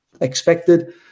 expected